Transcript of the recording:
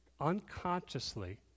unconsciously